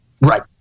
Right